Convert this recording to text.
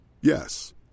Yes